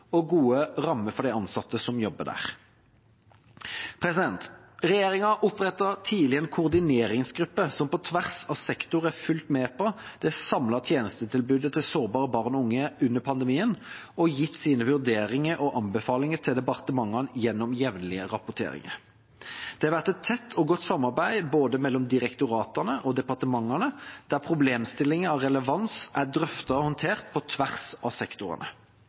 og gode rammer for de ansatte som jobber der. Regjeringa opprettet tidlig en koordineringsgruppe som på tvers av sektorer har fulgt med på det samlede tjenestetilbudet til sårbare barn og unge under pandemien, og som har gitt sine vurderinger og anbefalinger til departementene gjennom jevnlige rapporteringer. Det har vært et tett og godt samarbeid mellom både direktoratene og departementene, der problemstillinger av relevans er drøftet og håndtert på tvers av sektorene.